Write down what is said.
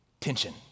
Tension